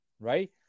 right